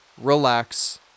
relax